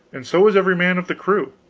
and so was every man of the crew.